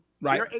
right